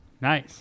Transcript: Nice